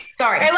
sorry